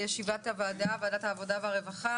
אני פותחת את ישיבת ועדת העבודה והרווחה,